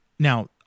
Now